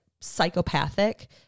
psychopathic